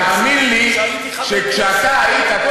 כשהייתי חבר כנסת, תאמין לי שכשאתה היית,